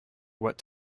what